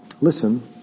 listen